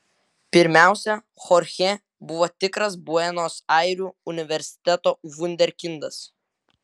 pirmiausia chorchė buvo tikras buenos airių universiteto vunderkindas